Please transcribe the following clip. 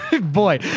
boy